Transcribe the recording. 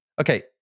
Okay